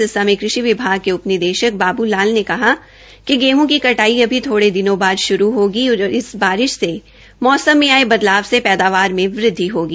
सिरसा में कृषि विभाग के उप निदेशक बाबू लाल ने कहा कि गेहं की कटाई अभी थोड़े दिनों बाद शुरू होगी और इस बारिश से मौसम में आये बदलाव से पैदावार में वृद्धि होगी